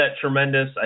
tremendous –